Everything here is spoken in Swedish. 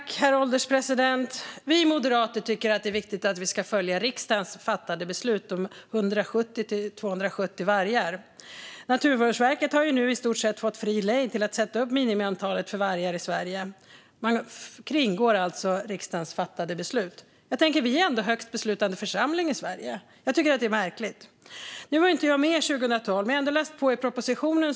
Herr ålderspresident! Vi moderater tycker att det är viktigt att vi följer riksdagens fattade beslut om 170-270 vargar. Naturvårdsverket har nu i stort sett fått fri lejd att sätta upp minimiantalet för vargar i Sverige. Man kringgår alltså riksdagens fattade beslut. Vi är ändå högsta beslutande församling i Sverige. Jag tycker att det är märkligt. Nu var inte jag med 2012, men jag har ändå läst på i propositionen.